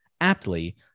aptly